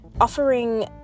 offering